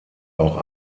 auch